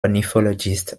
ornithologist